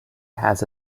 has